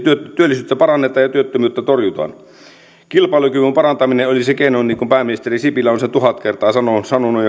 työllisyyttä parannetaan ja työttömyyttä torjutaan kilpailukyvyn parantaminen olisi se keino pääministeri sipilä on sen tuhat kertaa sanonut